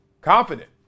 Confident